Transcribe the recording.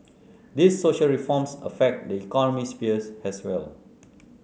these social reforms affect the economy sphere as well